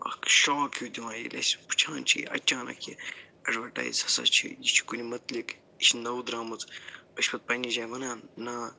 اکھ شاک ہیو دِوان ییٚلہِ اَسہِ وٕچھان چھِ یہِ اچانک یہِ اٮ۪ڈوٹایز ہَسا چھِ یہِ چھُ کُنہِ متعلق یہِ چھُ نو درامٕژ أسۍ چھِ پتہٕ پنٛنہِ جاے وَنان نا